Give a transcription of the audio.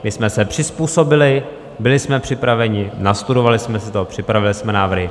My jsme se přizpůsobili, byli jsme připraveni, nastudovali jsme si to, připravili jsme návrhy.